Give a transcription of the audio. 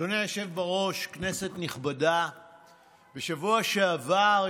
מעוז, אינו נוכח, חבר הכנסת ולדימיר בליאק,